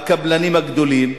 הקבלנים הגדולים,